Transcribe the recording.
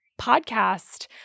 podcast